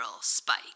spike